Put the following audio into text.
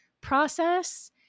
process